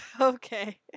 Okay